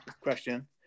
question